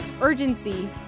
urgency